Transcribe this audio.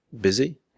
busy